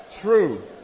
true